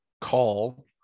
call